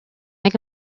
make